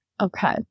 Okay